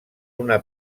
una